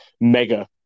mega